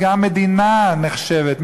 גם מדינה נחשבת,